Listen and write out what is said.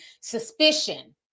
suspicion